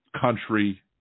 country